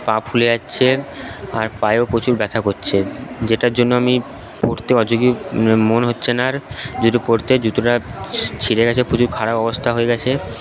পা ফুলে যাচ্ছে আর পায়েও প্রচুর ব্যথা করছে যেটার জন্য আমি পরতে মন হচ্ছে না আর জুতো পরতে জুতোটা ছিঁড়ে গেছে প্রচুর খারাপ অবস্থা হয়ে গেছে